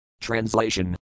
Translation